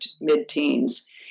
mid-teens